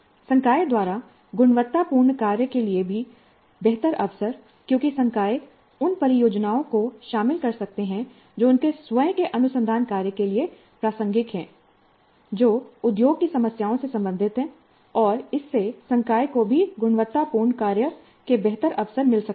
संकाय द्वारा गुणवत्तापूर्ण कार्य के लिए भी बेहतर अवसर क्योंकि संकाय उन परियोजनाओं को शामिल कर सकते हैं जो उनके स्वयं के अनुसंधान कार्य के लिए प्रासंगिक हैं जो उद्योग की समस्याओं से संबंधित हैं और इससे संकाय को भी गुणवत्तापूर्ण कार्य केबेहतर अवसर मिल सकते हैं